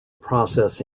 process